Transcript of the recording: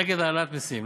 נגד העלאת מסים,